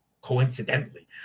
coincidentally